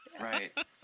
Right